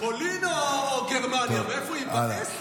פולין או גרמניה, מאיפה היא באה?